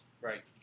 Right